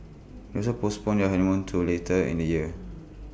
also postponed your honeymoon to later in the year